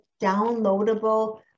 downloadable